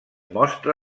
mostra